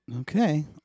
Okay